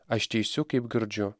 aš teisiu kaip girdžiu